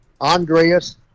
Andreas